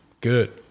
good